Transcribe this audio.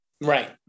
right